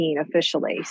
officially